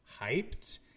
hyped